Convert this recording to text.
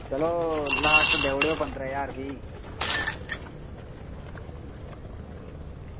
चलो लॉस्ट देई ओड़ेओ पंदरां ज्हार भी